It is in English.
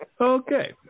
Okay